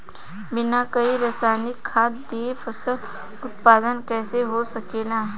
बिना कोई रसायनिक खाद दिए फसल उत्पादन कइसे हो सकेला?